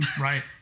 Right